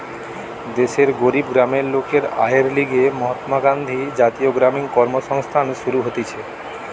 দেশের গরিব গ্রামের লোকের আয়ের লিগে মহাত্মা গান্ধী জাতীয় গ্রামীণ কর্মসংস্থান শুরু হতিছে